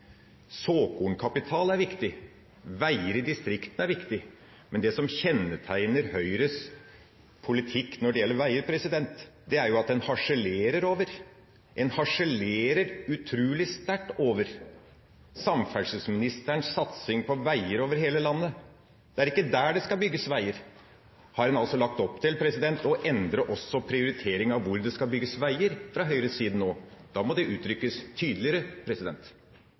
Såkornkapital er viktig, veier i distriktene er viktig, men det som kjennetegner Høyres politikk når det gjelder veier, er jo at en harselerer over – en harselerer utrolig sterkt over – samferdselsministerens satsing på veier over hele landet. Det er ikke der det skal bygges veier. Har en fra Høyres side nå lagt opp til å endre også prioriteringen av hvor det skal bygges veier? Da må det uttrykkes tydeligere.